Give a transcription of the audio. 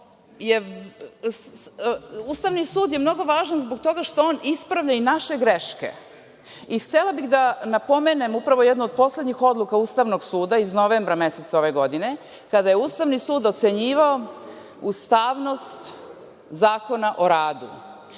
sud je mnogo važan zbog toga što on ispravlja i naše greške. Htela bih da napomenem upravo jednu od poslednjih odluka Ustavnog suda, iz novembra meseca ove godine, kada je Ustavni sud ocenjivao ustavnost Zakona o radu.